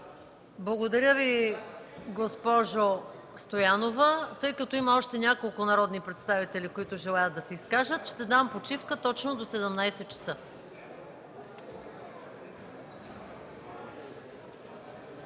Благодаря, госпожо Стоянова. Тъй като има още няколко народни представители, които желаят да се изкажат, давам почивка до 17,00 ч.